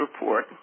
report